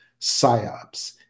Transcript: psyops